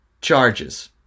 charges